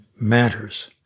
matters